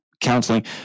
counseling